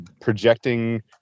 projecting